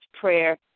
prayer